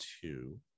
two